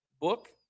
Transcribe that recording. book